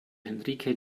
henrike